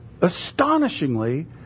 Astonishingly